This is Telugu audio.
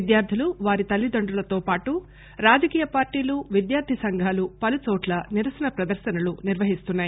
విద్యార్థులు వారి తల్లిదండ్రులతోపాటు రాజకీయ పార్టీలు విద్యార్థి సంఘాలు పలుచోట్ల నిరసన ప్రదర్శనలు నిర్వహిస్తున్నాయి